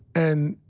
and,